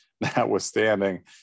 notwithstanding